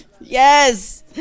yes